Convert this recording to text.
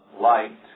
light